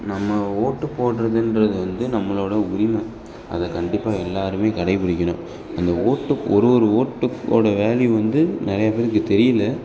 நம்ம ஓட்டு போடுறதுன்றது வந்து நம்மளோட உரிமை அதை கண்டிப்பாக எல்லாருமே கடைபிடிக்கணும் அந்த ஓட்டு ஒரு ஒரு ஓட்டுக்கோட வேல்யூ வந்து நிறையா பேருக்கு தெரியல